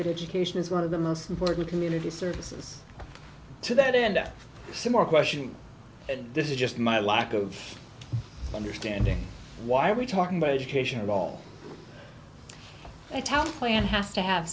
that education is one of the most important community services to that end a similar question and this is just my lack of understanding why are we talking about education at all i tell you plan has to have